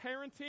parenting